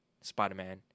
spider-man